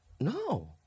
No